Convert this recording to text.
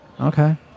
Okay